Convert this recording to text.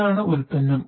ഇതാണ് ഉൽപ്പന്നം